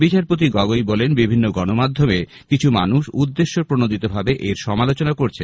বিচারপতি গগৈ বলেন বিভিন্ন গণমাধ্যমে কিছু মানুষ উদ্দেশ্য প্রণোদিতভাবে এর সমালোচনা করছেন